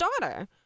daughter